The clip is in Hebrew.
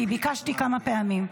כי ביקשתי כמה פעמים.